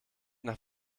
nach